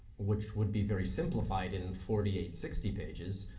which would be very simplified in forty eight sixty pages,